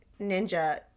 ninja